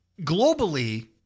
globally